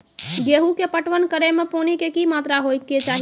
गेहूँ के पटवन करै मे पानी के कि मात्रा होय केचाही?